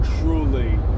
truly